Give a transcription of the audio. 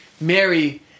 Mary